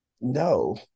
no